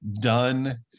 done